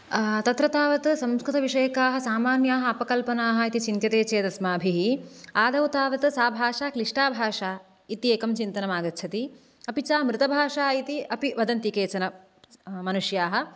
तत्र तावत् संस्कृतविषयकाः सामान्याः अपकल्पनाः इति चिन्त्यते चेत् अस्माभिः आदौ तावत् सा भाषा क्लिष्टा भाषा इति एकं चिन्तनम् आगच्छति अपि च मृतभाषा इति अपि वदन्ति केचन मनुष्याः